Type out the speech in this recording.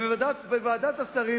ובוועדת השרים,